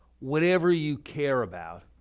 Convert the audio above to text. whatever you care about,